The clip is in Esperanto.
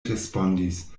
respondis